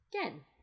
Again